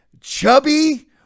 chubby